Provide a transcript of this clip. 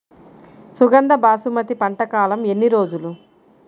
సుగంధ బాసుమతి పంట కాలం ఎన్ని రోజులు?